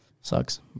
Sucks